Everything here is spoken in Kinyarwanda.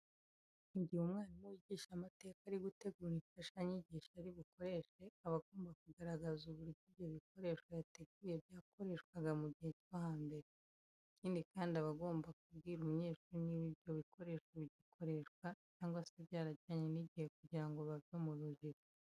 Mu gihe umwarimu wigisha amateka ari gutegura imfashanyigisho ari bukoreshe aba agomba kugaragaza uburyo ibyo bikoresho yateguye byakoreshwaga mu gihe cyo hambere. Ikindi kandi, aba agomba kubwira abanyeshuri niba ibyo bikoresho bigikoreshwa cyangwa se byarajyanye n'igihe kugira ngo bave mu rujijo.